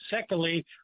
Secondly